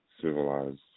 civilized